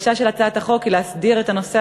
הבקשה של הצעת החוק היא להסדיר את הנושא